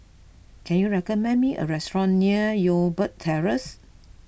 can you recommend me a restaurant near Youngberg Terrace